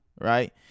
right